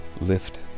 lift